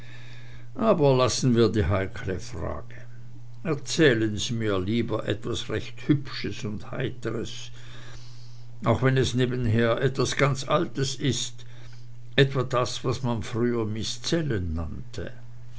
aber lassen wir die heikle frage erzählen sie mir lieber etwas recht hübsches und heiteres auch wenn es nebenher etwas ganz altes ist etwa das was man früher miszellen nannte